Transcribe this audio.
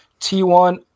T1